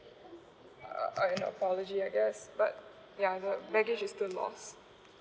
err in apology I guess but ya the baggage is still lost